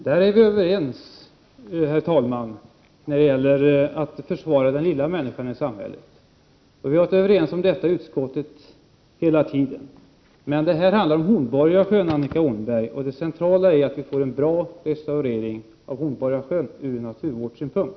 Herr talman! Vi är överens när det gäller att försvara den lilla människan i samhället — vi har varit överens om detta hela tiden i utskottet. Men detta handlar om Hornborgasjön, Annika Åhnberg, och det centrala är att restaureringen av sjön blir bra ur naturvårdssynpunkt.